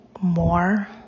more